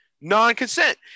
Non-consent